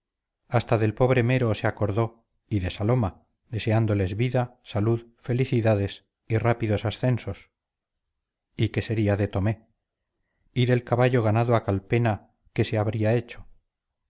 hasta del pobre mero se acordó y de saloma deseándoles vida salud felicidades y rápidos ascensos y qué sería de tomé y del caballo ganado a calpena qué se habría hecho